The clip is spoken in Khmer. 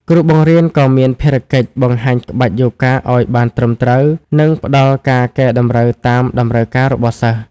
គ្រូបង្រៀនក៏មានភារកិច្ច បង្ហាញក្បាច់យូហ្គាឱ្យបានត្រឹមត្រូវ និងផ្តល់ការកែតម្រូវតាមតម្រូវការរបស់សិស្ស។